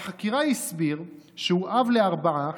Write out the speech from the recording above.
בחקירה הסביר שהוא אב לארבעה,